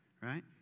Right